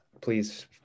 Please